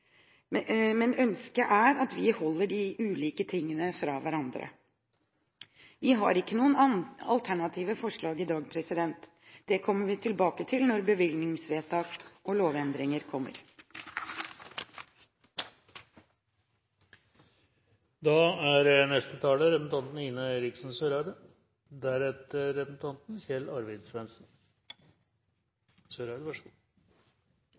Men ønsket er at vi holder de ulike tingene fra hverandre. Vi har ikke noen alternative forslag i dag. Det kommer vi tilbake til når bevilgningsvedtak og lovendringer kommer. Kampen mot tortur og annen grusom nedverdigende eller umenneskelig behandling eller straff er